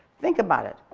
think about it.